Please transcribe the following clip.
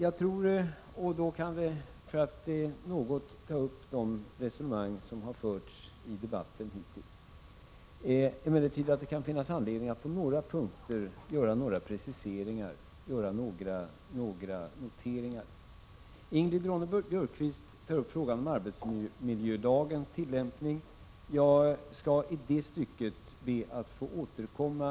För att något ta upp de resonemang som hittills har förts i debatten kan det finnas anledning att kommentera inläggen på några punkter. Ingrid Ronne-Björkqvist tar upp frågan om arbetsmiljölagens tillämpning. Jag skall i det stycket be att få återkomma.